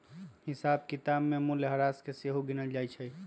हिसाब किताब में मूल्यह्रास के सेहो गिनल जाइ छइ